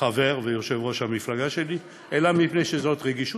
חבר ויושב-ראש המפלגה שלי, אלא מפני שזאת רגישות.